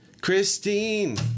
Christine